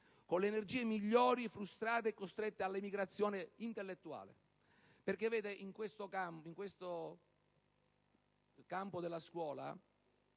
con le energie migliori frustrate e costrette all'emigrazione intellettuale. Signora Ministro, nel campo della scuola